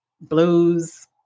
blues